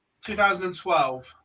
2012